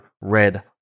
red